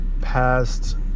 past